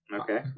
Okay